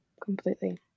completely